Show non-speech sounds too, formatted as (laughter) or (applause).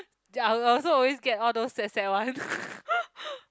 I also always get all those sad sad one (laughs)